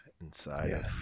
inside